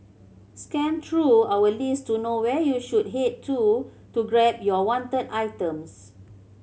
scan through our list to know where you should head to to grab your wanted items